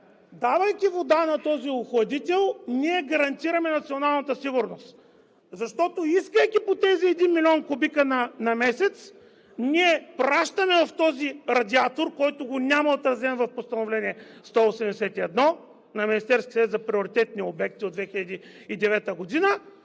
давайки вода на този охладител, ние гарантираме националната сигурност. Защото искайки тези един милион кубика на месец, ние пращаме в този радиатор, който го няма отразен в Постановление № 181 на Министерския съвет за приоритетни обекти от 2009 г.,